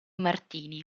martini